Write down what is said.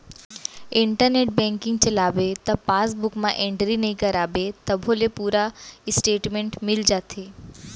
internet banking चलाबे त passbook म एंटरी नइ कराबे तभो ले पूरा इस्टेटमेंट मिल जाथे